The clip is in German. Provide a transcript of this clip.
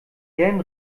herrn